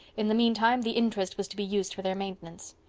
in the meantime the interest was to be used for their maintenance.